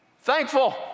thankful